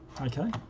Okay